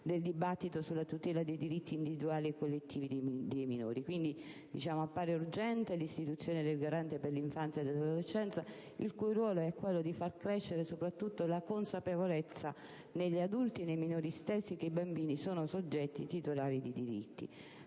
del dibattito sulla tutela dei diritti individuali e collettivi dei minori. Appare, quindi, urgente l'istituzione del Garante per l'infanzia e l'adolescenza, il cui ruolo è quello di far crescere soprattutto la consapevolezza, negli adulti e nei minori stessi, che i bambini sono soggetti titolari di diritti.